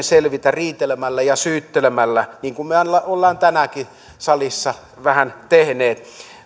selviä riitelemällä ja syyttelemällä niin kuin me olemme tänäänkin salissa vähän tehneet